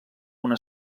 una